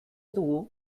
dugu